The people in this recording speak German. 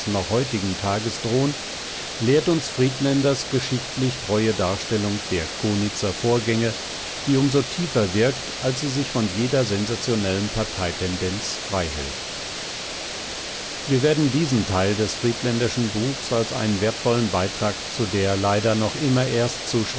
noch heutigen tages drohen lehrt uns friedländers geschichtlich treue darstellung der konitzer vorgänge die um so tiefer wirkt als sie sich von jeder sensationellen parteitendenz freihält wir werden diesen teil des friedländerschen buchs als einen wertvollen beitrag zu der leider noch immer erst